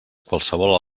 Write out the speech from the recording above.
qualsevol